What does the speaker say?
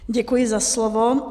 Děkuji za slovo.